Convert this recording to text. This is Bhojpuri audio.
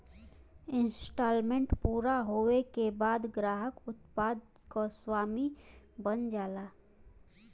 इन्सटॉलमेंट पूरा होये के बाद ग्राहक उत्पाद क स्वामी बन जाला